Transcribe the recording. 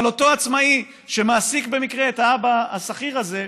אבל אותו עצמאי שמעסיק במקרה את האבא השכיר הזה,